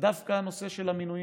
דווקא הנושא של המינויים.